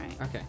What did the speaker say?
Okay